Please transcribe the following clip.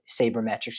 sabermetrics